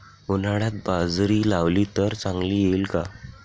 उन्हाळ्यात बाजरी लावली तर चांगली येईल का?